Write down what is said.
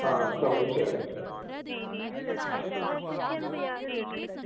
आं कमरे बी शैल न